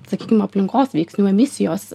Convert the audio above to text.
sakykim aplinkos veiksnių emisijos